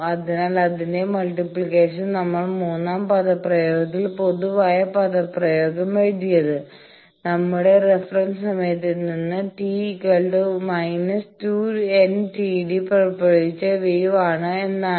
അതിനാൽ അതിന്റെ മൾട്ടിപ്ലിക്കേഷൻ നമ്മൾ മൂന്നാം പദപ്രയോഗത്തിൽ പൊതുവായ പദപ്രയോഗം എഴുതിയത് നമ്മളുടെ റഫറൻസ് സമയത്തിൽ നിന്ന് t −2n TD പുറപ്പെടുവിച്ച വേവ് ആണ് എന്നാണ്